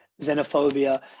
xenophobia